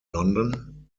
london